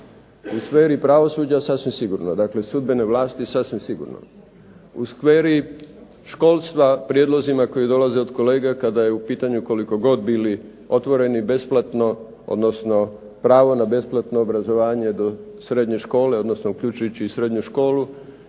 U sferi pravosuđa sasvim sigurno. Dakle, sudbene vlasti sasvim sigurno. U sferi školstva, prijedlozima koji dolaze od kolega kada je u pitanju, koliko god bili otvoreni, besplatno, odnosno pravo na besplatno obrazovanje do srednje škole, odnosno uključujući i srednju školu